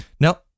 Now